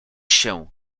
się